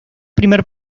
primer